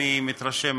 אני מתרשם,